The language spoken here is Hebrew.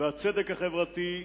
הצדק החברתי,